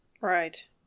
Right